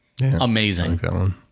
amazing